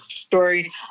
story